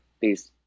Peace